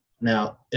now